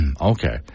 Okay